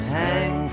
hang